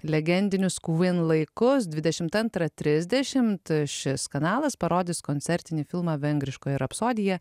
legendinius queen laikus dvidešimt antrą trisdešimt šis kanalas parodys koncertinį filmą vengriškoji rapsodija